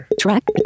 track